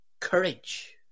courage